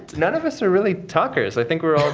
none of us are really talkers. i think we're all